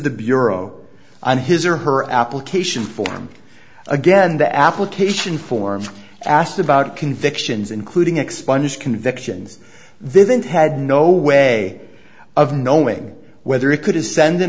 the bureau on his or her application form again the application forms asked about convictions including expunged convictions they didn't had no way of knowing whether it could send an